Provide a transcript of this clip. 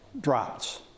drops